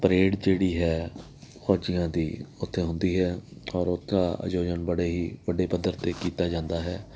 parade ਜਿਹੜੀ ਹੈ ਫੌਜੀਆਂ ਦੀ ਉੱਥੇ ਹੁੰਦੀ ਹੈ ਔਰ ਉਹਦਾ ਆਯੋਜਨ ਬੜੇ ਹੀ ਵੱਡੇ ਪੱਧਰ 'ਤੇ ਕੀਤਾ ਜਾਂਦਾ ਹੈ